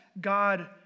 God